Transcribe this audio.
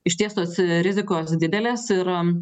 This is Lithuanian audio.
išties tos rizikos didelės ir